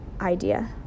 idea